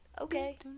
okay